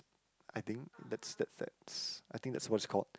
I think that's that that's I think that's what is called